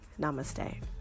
Namaste